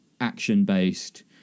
action-based